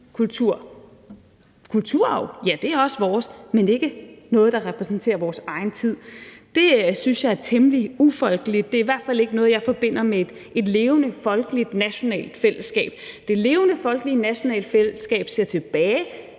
Kulturarv? Ja, det er også vores, men det er ikke noget, der repræsenterer vores egen tid. Det synes jeg er temmelig ufolkeligt, og det er i hvert fald ikke noget, jeg forbinder med et levende, folkeligt, nationalt fællesskab. Det levende folkelige nationale fællesskab ser tilbage,